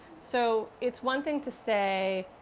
so, it's one thing to say,